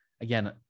Again